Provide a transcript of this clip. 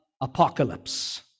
apocalypse